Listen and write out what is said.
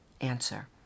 answer